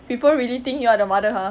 people really think you're the mother !huh!